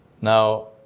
Now